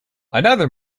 another